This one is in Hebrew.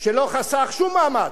שלא חסך שום מאמץ,